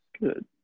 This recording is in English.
Good